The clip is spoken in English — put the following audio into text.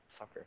Fucker